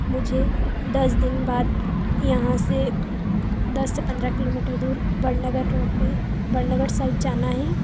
मुझे दस दिन बाद यहाँ से दस से पंद्रह किलोमीटर दूर बड़नगर रोड पे बड़नगर साइड जाना है